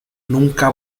nunca